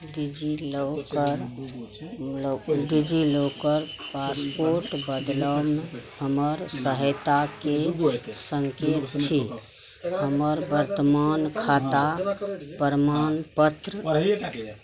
DigiLocker DigiLocker passport बदलऽमे हमर सहायताके सङ्केत छी हमर वर्तमान खाता प्रमाण पत्र